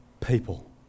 people